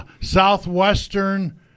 Southwestern